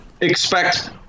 expect